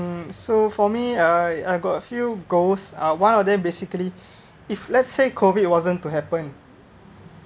so for me I I got a few goals uh one of them basically if let's say COVID wasn't to happen